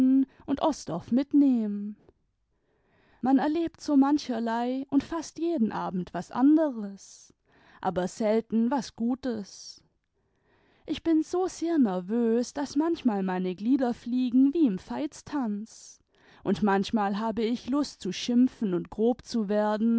und osdorff mitnehmen man erlebt so mancherlei und fast jeden abend was anderes aber selten was gutes ich bin so sehr nervös daß manchmal meine glieder fliegen wie im veitstanz imd manchmal habe ich lust zu schimpfen und grob zu werden